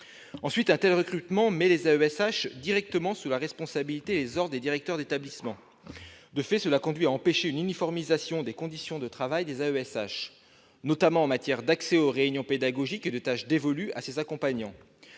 Ensuite, un tel recrutement met les AESH directement sous la responsabilité et les ordres des directeurs d'établissement. De fait, cela conduit à empêcher une uniformisation de leurs conditions de travail, notamment en matière d'accès aux réunions pédagogiques et de tâches dévolues à ces accompagnants.